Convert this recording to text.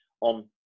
on